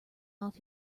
off